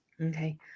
Okay